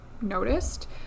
noticed